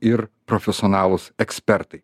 ir profesionalūs ekspertai